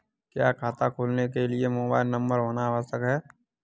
क्या खाता खोलने के लिए मोबाइल नंबर होना आवश्यक है?